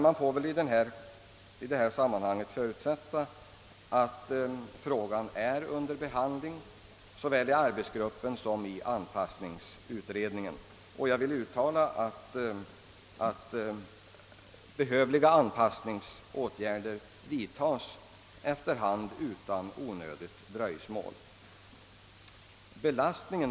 Man får emellertid i detta sammanhang förutsätta att frågan är under behandling såväl i arbetsgruppen som i anpassningsutredningen, och jag hoppas att behövliga anpassningsåtgärder efter hand vidtas utan onödigt dröjsmål.